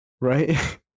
Right